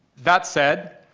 that said,